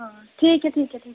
आं ठीक ऐ ठीक ऐ भी